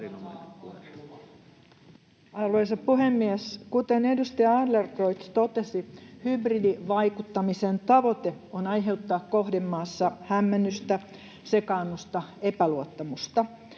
Arvoisa puhemies! Kuten edustaja Adler-creutz totesi, hybridivaikuttamisen tavoite on aiheuttaa kohdemaassa hämmennystä, sekaannusta, epäluottamusta.